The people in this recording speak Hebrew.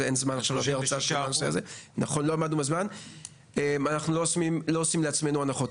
אנחנו לא עושים לעצמנו הנחות.